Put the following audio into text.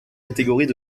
catégories